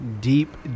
deep